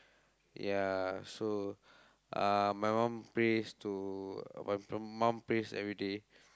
ya so uh my mum prays to~ my mum prays every day